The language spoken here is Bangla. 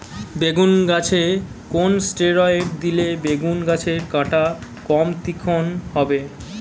বেগুন গাছে কোন ষ্টেরয়েড দিলে বেগু গাছের কাঁটা কম তীক্ষ্ন হবে?